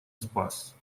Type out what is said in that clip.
спас